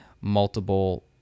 multiple